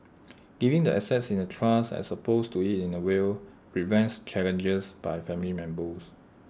giving the assets in A trust as opposed to in A will prevents challenges by family members